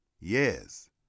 yes